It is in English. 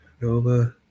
Nova